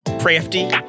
crafty